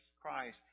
Christ